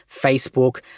Facebook